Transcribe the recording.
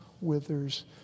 withers